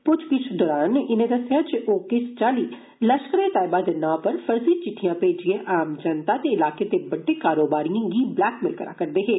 प्च्छ गिच्छ दौरान इनें दसेया जे ओ किस चाली लश्करे तैयबा दे नां पर फर्जी चिट्ठियां भेजियै आम जनता ते इलाके दे बड़डे कारोबारियें गी ब्लैकमेल करा करदे हे